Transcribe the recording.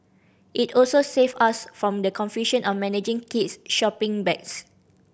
it also save us from the confusion of managing kids shopping bags